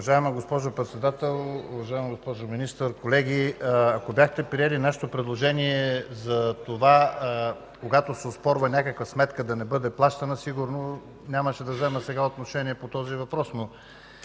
Уважаема госпожо Председател, уважаема госпожо Министър! Колеги, ако бяхте приели нашето предложение за това, когато се оспорва някаква сметка да не бъде плащана, сигурно сега нямаше да взема отношение по този въпрос, но